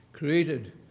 created